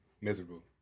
Miserable